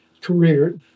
career